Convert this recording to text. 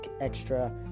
extra